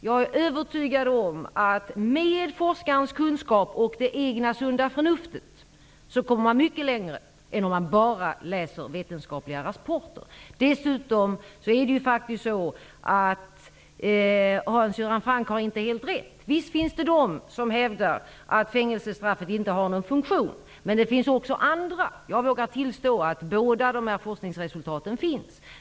Jag är övertygad om att man med forskarens kunskap och med det egna sunda förnuftet kommer mycket längre än om man bara läser vetenskapliga rapporter. Dessutom har inte Hans Göran Franck helt rätt. Visst finns det de som hävdar att fängelsestraffet inte har någon funktion. Jag vågar tillstå att båda dessa forskningsresultat finns.